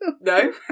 No